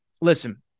listen